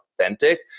authentic